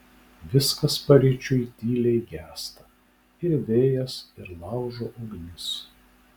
viskas paryčiui tyliai gęsta ir vėjas ir laužo ugnis